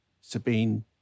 Sabine